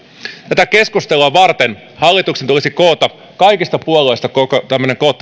tätä keskustelua varten hallituksen tulisi koota kaikista puolueista kattava